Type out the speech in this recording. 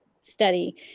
study